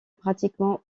pratiquement